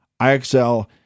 IXL